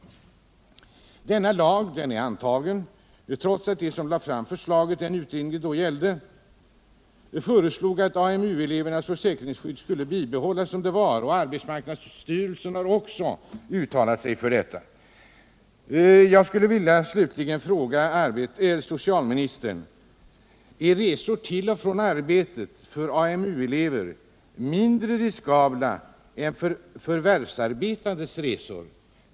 Den utredning som föregick förslaget om den nya arbetsskadeförsäkringen föreslog att AMU-elevernas försäkringsskydd skulle bibehållas som det var. Också arbetsmarknadsstyrelsen har uttalat sig för detta, och jag vill slutligen fråga socialministern: Är AMU-elevernas resor till och från arbetet mindre riskabla än förvärvsarbetandes resor?